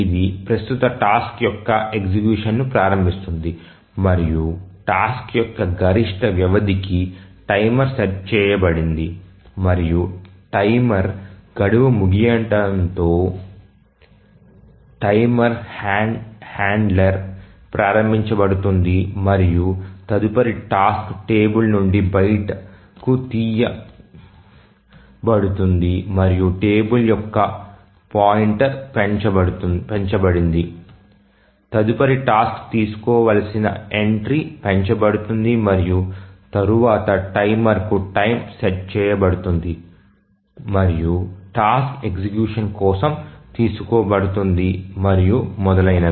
ఇది ప్రస్తుత టాస్క్ యొక్క ఎగ్జిక్యూషన్ ను ప్రారంభిస్తుంది మరియు టాస్క్ యొక్క గరిష్ట వ్యవధికి టైమర్ సెట్ చేయబడింది మరియు టైమర్ గడువు ముగియడంతో టైమర్ హ్యాండ్లర్ ప్రారంభించబడుతుంది మరియు తదుపరి టాస్క్ టేబుల్ నుండి బయటకు తీయబడుతుంది మరియు టేబుల్ యొక్క పాయింటర్ పెంచబడింది తదుపరి టాస్క్ తీసుకోవలసిన ఎంట్రీ పెంచబడుతుంది మరియు తరువాత టైమర్కు టైమ్ సెట్ చేయబడుతుంది మరియు టాస్క్ ఎగ్జిక్యూషన్ కోసం తీసుకోబడుతుంది మరియు మొదలైనవి